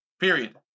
period